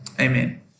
Amen